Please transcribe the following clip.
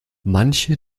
manche